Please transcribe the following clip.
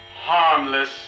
harmless